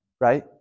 right